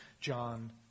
John